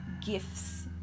gifts